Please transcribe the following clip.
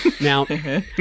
Now